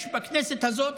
יש בכנסת הזאת